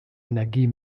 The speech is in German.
energie